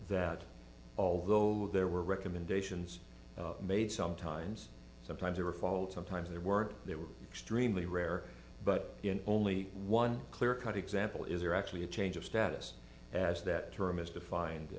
that although there were recommendations made sometimes sometimes they were followed sometimes they were they were extremely rare but only one clear cut example is there actually a change of status as that term